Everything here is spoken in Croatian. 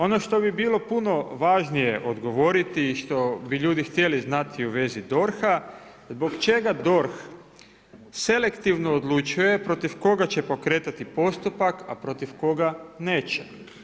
Ono što bi bilo puno važnije odgovoriti i što bi ljudi htjeli znati u vezi DORH-a zbog čega DORH selektivno odlučuje protiv koga će pokretati postupak, a protiv koga neće?